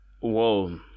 whoa